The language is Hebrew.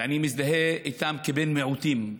ואני מזדהה איתם כבן מיעוטים.